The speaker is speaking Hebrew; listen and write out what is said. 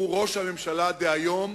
הוא ראש הממשלה דהיום